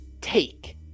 take